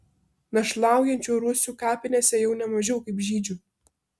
našlaujančių rusių kapinėse jau ne mažiau kaip žydžių